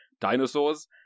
dinosaurs